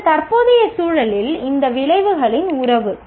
இது தற்போதைய சூழலில் இந்த விளைவுகளின் உறவு